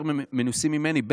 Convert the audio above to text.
שמנוסים ממני הרבה יותר,